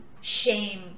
shame